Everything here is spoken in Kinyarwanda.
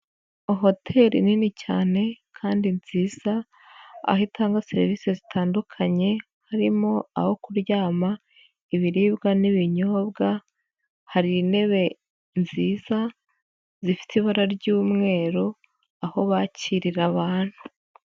Hoteri nini cyane kandi nziza, aho itanga serivisi zitandukanye, harimo aho kuryama, ibiribwa n'ibinyobwa, hari intebe nziza, zifite ibara ry'umweru, aho bakirira abantu.